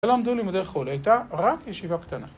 לא למדו לימודי חול, היא הייתה רק ישיבה קטנה